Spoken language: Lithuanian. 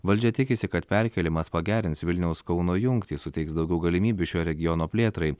valdžia tikisi kad perkėlimas pagerins vilniaus kauno jungtį suteiks daugiau galimybių šio regiono plėtrai